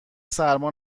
سرما